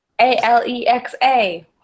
A-L-E-X-A